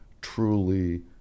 truly